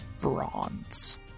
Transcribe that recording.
bronze